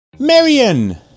Marion